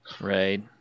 Right